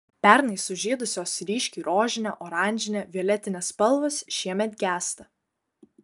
pernai sužydusios ryškiai rožinė oranžinė violetinė spalvos šiemet gęsta